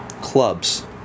clubs